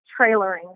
trailering